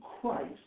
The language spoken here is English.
Christ